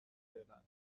فعلا